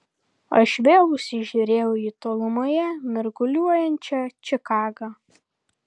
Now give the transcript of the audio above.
aš vėl užsižiūrėjau į tolumoje mirguliuojančią čikagą